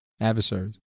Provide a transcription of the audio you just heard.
Adversaries